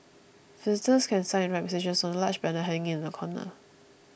visitors can sign and write messages on a large banner hanging in the corner